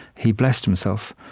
he blessed himself.